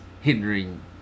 hindering